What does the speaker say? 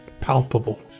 Palpable